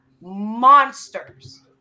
monsters